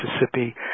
Mississippi